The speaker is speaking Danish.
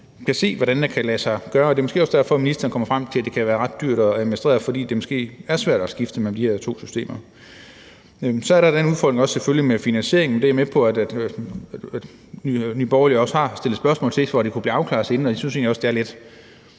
kan se hvordan kan lade sig gøre. Det er måske også derfor, at ministeren kommer frem til, at det kan være ret dyrt at administrere, fordi det måske er svært at skifte mellem de her to systemer. Så er der selvfølgelig også den udfordring med finansieringen. Jeg er med på, at Nye Borgerlige har stillet spørgsmål om det for at få det afklaret, og jeg synes egentlig også, at det er lidt